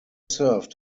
served